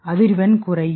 அதிர்வெண் குறையும்